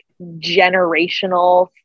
generational